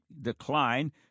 decline